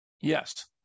Yes